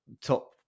top